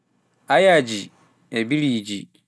ayaaje e biriji